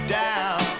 down